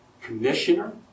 commissioner